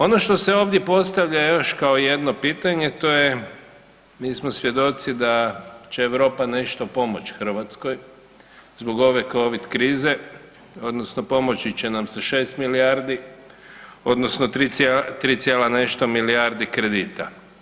Ono što se ovdje postavlja još kao jedno pitanje, to je, mi smo svjedoci da će Europa nešto pomoći Hrvatskoj zbog ove Covid krize, odnosno pomoći će nam sa 6 milijardi, odnosno tri cijela nešto milijardi kredita.